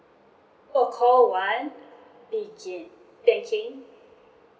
oh call one banking